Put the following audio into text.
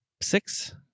six